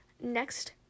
next